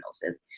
diagnosis